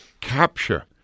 capture